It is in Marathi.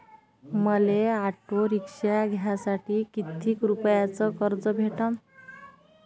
मले ऑटो रिक्षा घ्यासाठी कितीक रुपयाच कर्ज भेटनं?